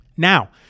Now